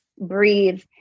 breathe